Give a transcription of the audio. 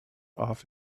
off